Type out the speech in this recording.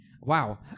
Wow